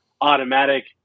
automatic